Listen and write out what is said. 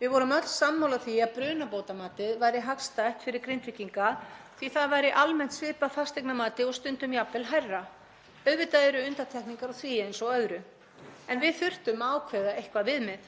Við vorum öll sammála því að brunabótamatið væri hagstætt fyrir Grindvíkinga því að það væri almennt svipað fasteignamati og stundum jafnvel hærra. Auðvitað eru undantekningar á því eins og öðru en við þurftum ákveða eitthvert viðmið.